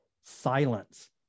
silence